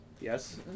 Yes